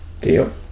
deal